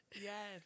Yes